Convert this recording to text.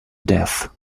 death